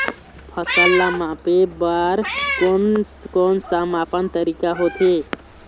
फसल ला मापे बार कोन कौन सा मापन तरीका होथे?